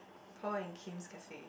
Paul and Kim's cafe